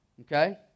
Okay